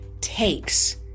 takes